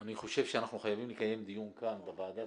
אני חושב שאנחנו חייבים לקיים דיון כאן בוועדת